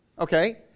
okay